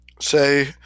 say